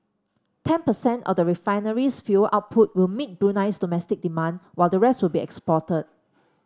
ten percent of the refinery's fuel output will meet Brunei's domestic demand while the rest will be exported